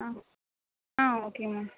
ஆ ஆ okay ma'am